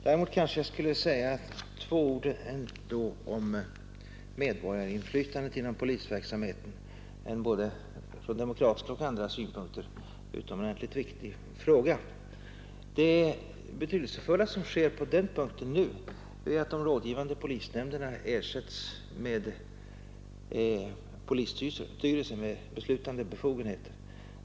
Däremot kanske jag skall säga några ord om medborgarinflytandet inom polisverksamheten — en från både demokratiska och andra synpunkter utomordentligt viktig fråga. Det betydelsefulla som nu sker är att de rådgivande polisnämnderna ersätts av polisstyrelser med beslutande befogenheter.